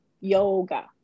Yoga